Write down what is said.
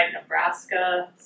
Nebraska